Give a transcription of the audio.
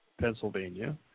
Pennsylvania